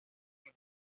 аның